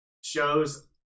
shows